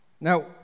Now